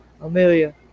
Amelia